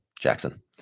Jackson